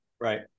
Right